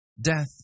Death